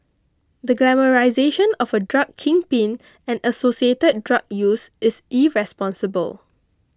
the glamorisation of a drug kingpin and associated drug use is irresponsible